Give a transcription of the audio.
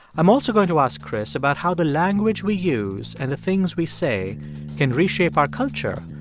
i'm also going to ask chris about how the language we use and the things we say can reshape our culture,